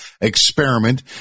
experiment